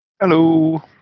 Hello